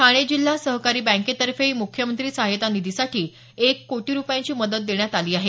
ठाणे जिल्हा सहकारी बँकेतर्फेही मुख्यमंत्री सहाय्यता निधीसाठी एक कोटी रुपयांची रक्कम देण्यात आली आहे